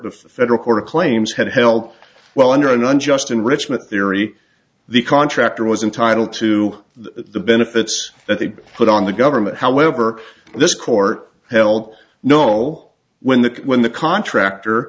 the federal court of claims had held well under an unjust enrichment theory the contractor was entitled to the benefits that they put on the government however this court held no when the when the contractor